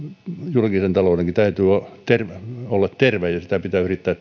julkisen taloudenkin täytyy olla terve olla terve ja sitä pitää yrittää